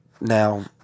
Now